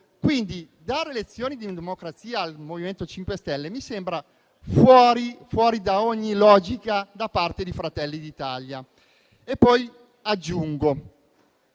Quindi dare lezioni di democrazia al MoVimento 5 Stelle mi sembra fuori da ogni logica da parte di Fratelli d'Italia. Sempre il